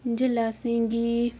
जेल्लै असेंगी